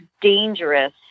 dangerous